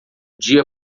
dia